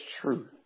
truth